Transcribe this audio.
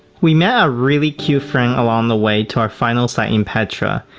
we met a really cute friend along the way to our final site in petra.